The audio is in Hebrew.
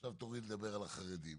עכשיו תורי לדבר על החרדים,